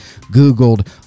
Googled